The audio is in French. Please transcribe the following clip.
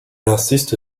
insiste